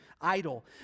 Idol